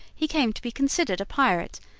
he came to be considered a pirate,